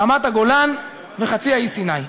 רמת-הגולן וחצי האי סיני.